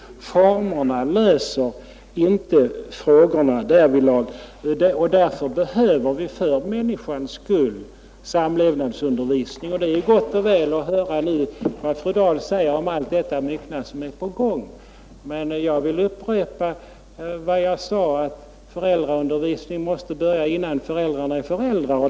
Formerna löser inte frågorna därvidlag, och därför behöver vi för människans skull samlevnadsundervisning. Det är gott och väl att nu höra vad fru Dahl säger om allt detta som är på gång. Jag vill dock upprepa vad jag sade, att föräldraundervisning måste börja innan föräldrarna är föräldrar.